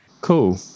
Cool